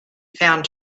found